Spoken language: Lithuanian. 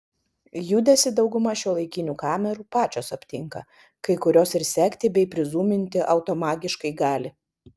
judesį dauguma šiuolaikinių kamerų pačios aptinka kai kurios ir sekti bei prizūminti automagiškai gali